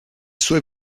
sue